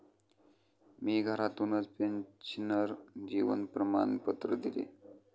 मी घरातूनच पेन्शनर जीवन प्रमाणपत्र दिले